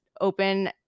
open